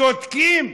שותקים.